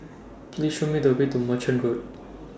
Please Show Me The Way to Merchant Road